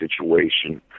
situation